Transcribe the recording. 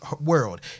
world